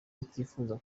utifuza